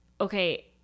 okay